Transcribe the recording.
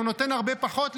או נותן הרבה פחות,